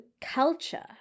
culture